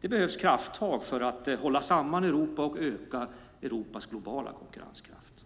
Det behövs krafttag för att hålla samman Europa och öka Europas globala konkurrenskraft.